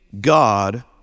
God